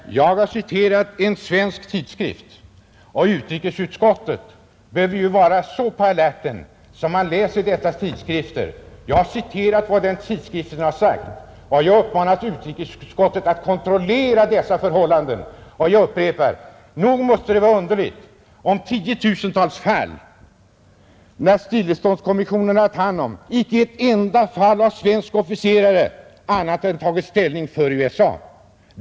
Fru talman! Jag har citerat en svensk tidskrift, och utrikesutskottet behöver ju vara så på alerten att man där läser dessa tidskrifter. Jag har citerat vad den tidskriften har sagt, och jag har uppmanat utrikesutskottet att kontrollera dessa förhållanden, Jag upprepar: Nog måste det vara underligt, med tiotusentals fall som stilleståndskommissionen haft hand om, om i icke ett enda fall svenska officerare annat än tagit ställning för USA.